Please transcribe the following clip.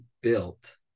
built